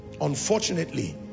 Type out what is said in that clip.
Unfortunately